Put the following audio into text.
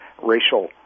racial